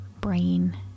brain